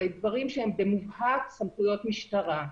דברים שהם במובהק סמכויות משטרה.